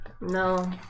No